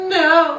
no